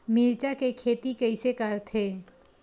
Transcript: मिरचा के खेती कइसे करथे?